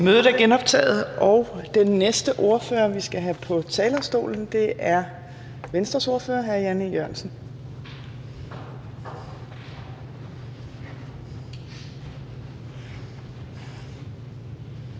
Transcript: Mødet er genoptaget. Den næste ordfører, vi skal have på talerstolen, er Venstres ordfører, hr. Jan E. Jørgensen.